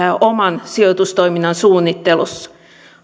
oman sijoitustoiminnan suunnittelussa